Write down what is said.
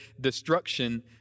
destruction